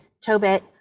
Tobit